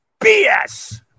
BS